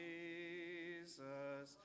Jesus